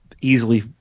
easily